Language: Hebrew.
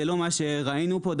זה לא מה שראינו פה.